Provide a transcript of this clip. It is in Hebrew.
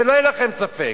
שלא יהיה לכם ספק,